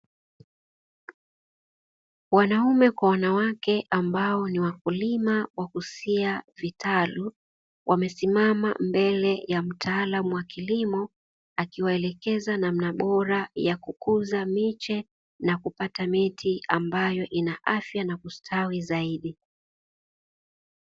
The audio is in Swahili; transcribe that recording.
Wanaume kwa wanawake ambao ni wakulima wakusia vitalu, wamesimama mbele ya mtaalamu wa kilimo, akiwaelekeza namna bora ya kukuza miche na kupata miti ambayo ina afya na kustawi zaidi.